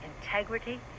integrity